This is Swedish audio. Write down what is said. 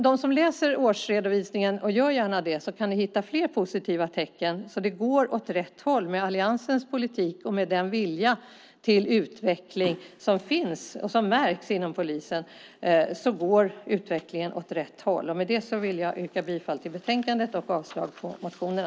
De som läser årsredovisningen - och gör gärna det, så kan ni hitta fler positiva tecken - kan se att det går åt rätt håll med alliansens politik och den vilja till utveckling som märks inom polisen. Med det yrkar jag bifall till utskottets förslag i betänkandet och avslag på motionerna.